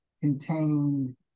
contained